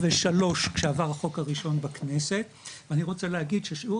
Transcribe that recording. כשעבר החוק הראשון בכנסת ואני רוצה להגיד ששיעור